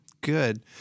Good